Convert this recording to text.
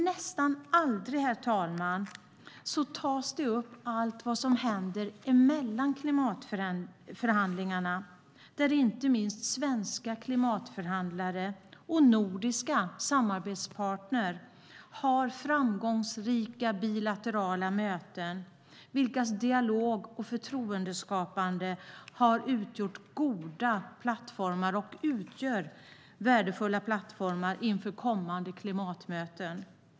Nästan aldrig, herr talman, tas det upp vad som händer mellan klimatförhandlingarna, där inte minst svenska klimatförhandlare och nordiska samarbetspartner har framgångsrika bilaterala möten, vilkas dialog och förtroendeskapande utgjort och utgör värdefulla plattformar inför kommande klimatmöten.